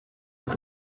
with